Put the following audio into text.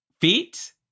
feet